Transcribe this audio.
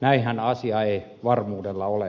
näinhän asia ei varmuudella ole